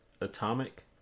Atomic